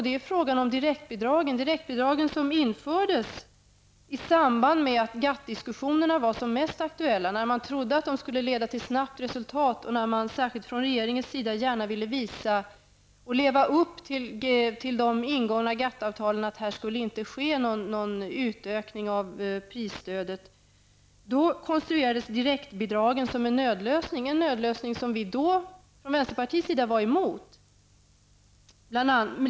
Det är frågan om de direktbidrag som infördes i samband med att GATT diskussionerna var som mest aktuella och när man trodde att de skulle leda till snabbt resultat. Då ville regeringen gärna visa och leva upp till de ingångna GATT-avtalen om att här inte skulle ske någon utökning av prisstödet. Då konstruerades direktbidragen som en nödlösning som vi i vänsterpartiet var emot.